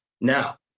Now